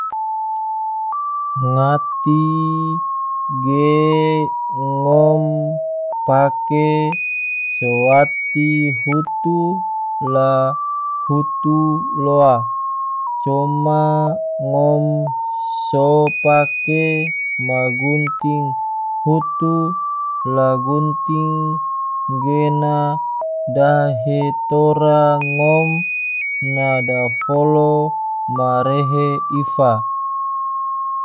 Ngati ge ngom pake so wati hutu la hutu loa, coma ngom so pake ma gunting hutu la gunting gena dahe tora ngom na dafolo ma rehe ifa.